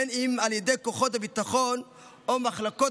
בין אם על ידי כוחות הביטחון או מחלקות